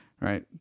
Right